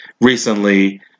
recently